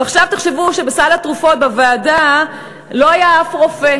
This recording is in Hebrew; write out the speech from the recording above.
עכשיו תחשבו שבסל התרופות בוועדה לא היה אף רופא.